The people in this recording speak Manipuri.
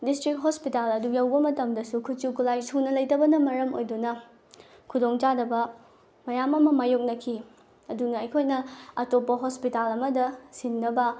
ꯗꯤꯁꯇ꯭ꯔꯤꯛ ꯍꯣꯁꯄꯤꯇꯥꯜ ꯑꯗꯨ ꯌꯧꯕ ꯃꯇꯝꯗꯁꯨ ꯈꯨꯠꯁꯨ ꯈꯨꯠꯂꯥꯏ ꯁꯨꯅ ꯂꯩꯇꯕꯅ ꯃꯔꯝ ꯑꯣꯏꯗꯨꯅ ꯈꯨꯗꯣꯡ ꯆꯥꯗꯕ ꯃꯌꯥꯝ ꯑꯃ ꯃꯥꯏꯌꯣꯛꯅꯈꯤ ꯑꯗꯨꯅ ꯑꯩꯈꯣꯏꯅ ꯑꯇꯣꯄ ꯍꯣꯁꯄꯤꯇꯥꯜ ꯑꯃꯗ ꯁꯤꯟꯅꯕ